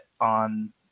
on